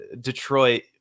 Detroit